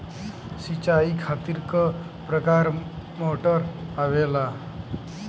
सिचाई खातीर क प्रकार मोटर आवेला?